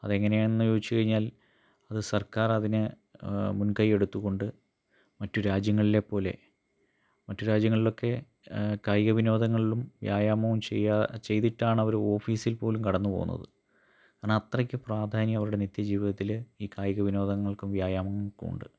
അതെങ്ങനെയാണെന്ന് ചോദിച്ച് കഴിഞ്ഞാൽ അത് സർക്കാറതിന് മുൻകയ്യെടുത്ത് കൊണ്ട് മറ്റ് രാജ്യങ്ങളിലെ പോലെ മറ്റ് രാജ്യങ്ങളിലൊക്കെ കായിക വിനോദങ്ങളിലും വ്യായാമവും ചെയ്തിട്ടാണവർ ഓഫീസിൽ പോലും കടന്ന് പോകുന്നത് കാരണം അത്രക്ക് പ്രാധാന്യം അവരുടെ നിത്യജീവിതത്തിൽ ഈ കായികവിനോദങ്ങൾക്കും വ്യായാമങ്ങൾക്കും ഉണ്ട്